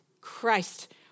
Christ